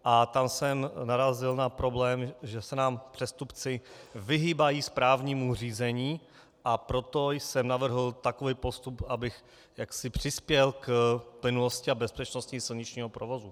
A tam jsem narazil na problém, že se nám přestupci vyhýbají správnímu řízení, a proto jsem navrhl takový postup, abych jaksi přispěl k plynulosti a bezpečnosti silničního provozu.